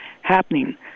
happening